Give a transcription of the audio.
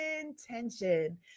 intention